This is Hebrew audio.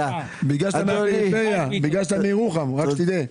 בגלל שאתה מירוחם, רק שתדע.